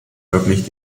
wirklich